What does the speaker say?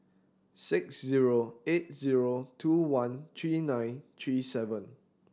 six zero eight zero two one three nine three seven